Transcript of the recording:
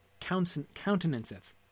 countenanceth